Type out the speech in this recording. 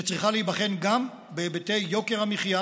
שצריכה להיבחן גם בהיבטי יוקר המחיה